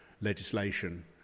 legislation